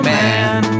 man